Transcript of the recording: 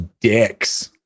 dicks